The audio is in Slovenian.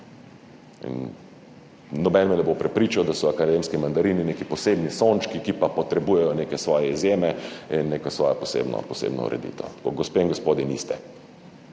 noben me ne bo prepričal, da so akademski mandarini neki posebni sončki, ki pa potrebujejo neke svoje izjeme in neko svojo posebno ureditev. Gospe in gospodje, niste.